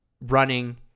running